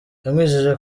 yamwijeje